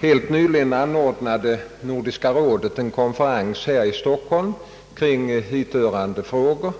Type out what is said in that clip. Helt nyligen anordnade Nordiska rådet en konferens här i Stockholm kring hithörande frågor;